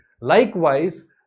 Likewise